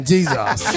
Jesus